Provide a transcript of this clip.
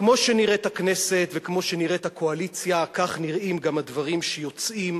כמו שנראית הכנסת וכמו שנראית הקואליציה כך נראים גם הדברים שיוצאים